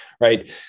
right